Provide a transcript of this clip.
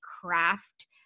craft